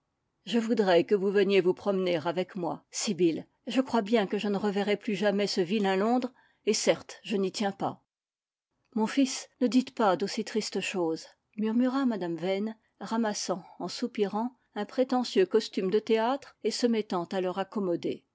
je voudrais que vous veniez vous promener avec moi sibyl je crois bien que je ne reverrai plus jamais ce vilain londres et certes je n'y tiens pas mon fils ne dites pas d'aussi tristes choses murmura mme vane ramassant en soupirant un prétentieux costume de théâtre et se mettant à le raccommoder